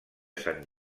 sant